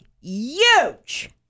huge